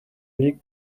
liegt